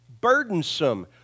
burdensome